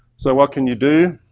so what can you do?